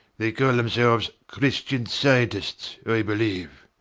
they call themselves christian scientists, i believe.